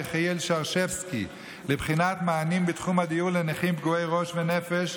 יחיאל שרשבסקי לבחינת מענים בתחום הדיור לנכים פגועי ראש ונפש,